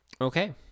Okay